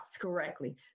correctly